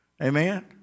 Amen